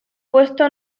puesto